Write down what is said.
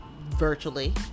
Virtually